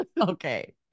okay